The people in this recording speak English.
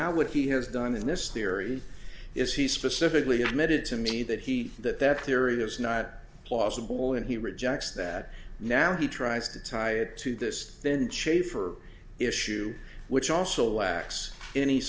now what he has done in this theory is he specifically admitted to me that he that that theory is not plausible and he rejects that now he tries to tie it to this then shaffer issue which also lacks any